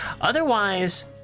otherwise